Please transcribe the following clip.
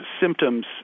symptoms